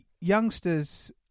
youngsters